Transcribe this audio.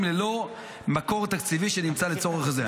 ללא מקור תקציבי שנמצא לצורך זה.